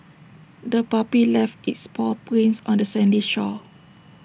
the puppy left its paw prints on the sandy shore